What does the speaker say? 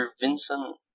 Vincent